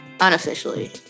unofficially